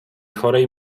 chorej